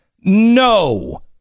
No